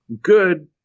good